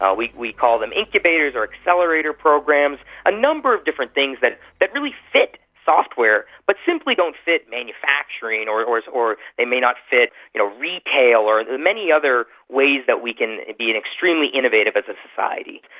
ah we we call them incubators or accelerator programs, a number of different things that that really fit software but simply don't fit manufacturing or or they may not fit you know retail or the many other ways that we can be extremely innovative as a society.